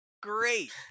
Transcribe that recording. great